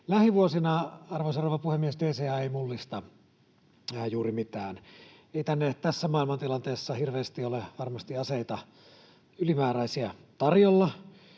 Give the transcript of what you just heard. Lähivuosina, arvoisa rouva puhemies, DCA ei mullista juuri mitään. Ei tänne tässä maailmantilanteessa hirveästi ole varmasti ylimääräisiä aseita